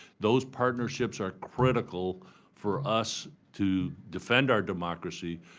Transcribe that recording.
those partnerships are critical for us to defend our democracy,